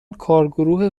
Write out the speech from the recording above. کارگروه